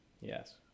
Yes